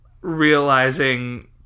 realizing